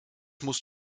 musst